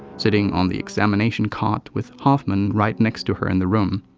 sitting on the examination cot, with hoffman right next to her in the room.